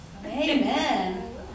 Amen